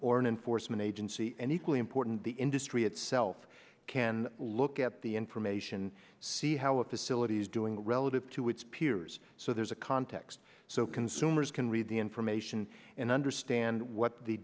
or an enforcement agency and equally important the industry itself can look at the information see how a facility is doing relative to its peers so there's a context so consumers can read the information and understand what the